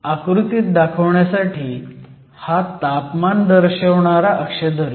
आकृतीत दाखवण्यासाठी हा तापमान दर्शवणारा अक्ष धरूयात